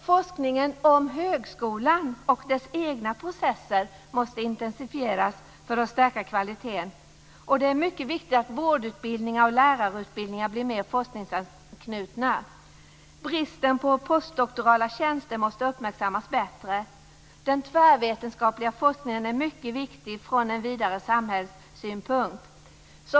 Forskningen om högskolan och dess egna processer måste intensifieras för att stärka kvaliteten. Det är mycket viktigt att vårdutbildningar och lärarutbildningar blir mera forskningsanknutna. Bristen på postdoktorala tjänster måste uppmärksammas bättre. Den tvärvetenskapliga forskningen är mycket viktig från en vidare samhällssynpunkt.